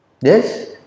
Yes